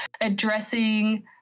addressing